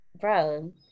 bro